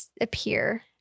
appear